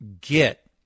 get